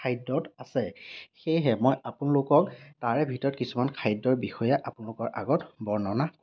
খাদ্যত আছে সেয়েহে মই আপোনালোকক তাৰে ভিতৰত কিছুমান খাদ্য়ৰ বিষয়ে আপোনালোকৰ আগত বৰ্ণনা কৰিম